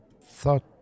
thought